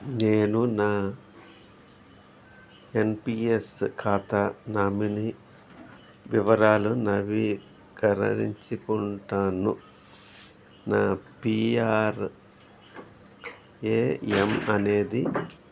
నేను నా ఎన్పీఎస్ ఖాతా నామినీ వివరాలు నవీకరించుకుంటాను నా పీఆర్ఏఎమ్ అనేది